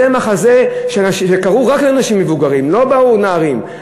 זה מחזה, קרו רק לאנשים מבוגרים, לא באו נערים.